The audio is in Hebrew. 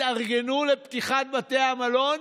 התארגנו לפתיחת בתי המלון,